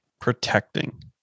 protecting